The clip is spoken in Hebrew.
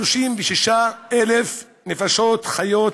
2,436,000 נפשות חיות